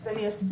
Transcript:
אז אני אסביר,